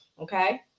okay